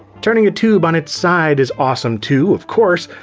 turning a tube on its side is awesome too of course,